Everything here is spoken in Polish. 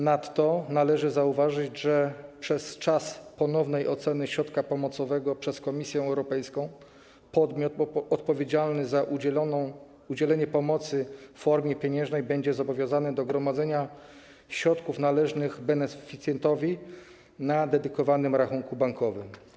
Nadto należy zauważyć, że przez czas ponownej oceny środka pomocowego przez Komisję Europejską podmiot odpowiedzialny za udzielenie pomocy w formie pieniężnej będzie zobowiązany do gromadzenia środków należnych beneficjentowi na dedykowanym rachunku bankowym.